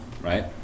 Right